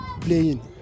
playing